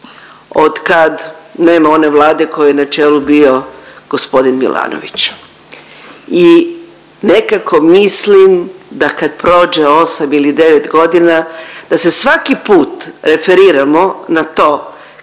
od kad nema one Vlade kojoj je na čelu bio gospodin Milanović. I nekako mislim da kad prođe 8 ili 9 godina, da se svaki put referiramo na to